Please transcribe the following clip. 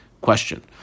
question